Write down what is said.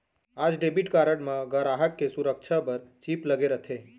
आज debit card म गराहक के सुरक्छा बर चिप लगे रथे